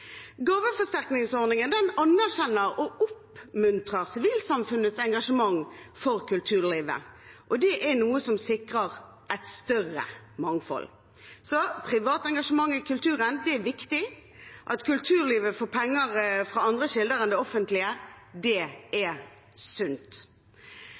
Gaveforsterkningsordningen anerkjenner og oppmuntrer sivilsamfunnets engasjement for kulturlivet, og det er noe som sikrer et større mangfold. Så privat engasjement i kulturen er viktig. At kulturlivet får penger fra andre kilder enn det offentlige,